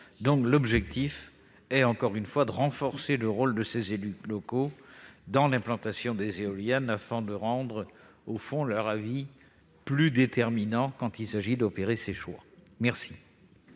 L'objectif, encore une fois, est de renforcer le rôle des élus locaux dans l'implantation des éoliennes afin de rendre leur avis plus déterminant quand il s'agit d'opérer de tels choix. Quel